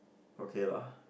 okay lah